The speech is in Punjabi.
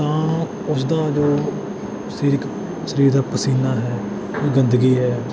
ਤਾਂ ਉਸਦਾ ਜੋ ਸਰੀਰਕ ਸਰੀਰ ਦਾ ਪਸੀਨਾ ਹੈ ਗੰਦਗੀ ਹੈ